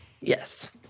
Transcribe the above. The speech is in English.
Yes